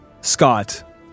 Scott